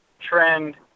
Trend